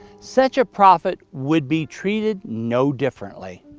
such a prophet would be treated no differently.